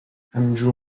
همینجور